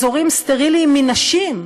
אזורים סטריליים מנשים.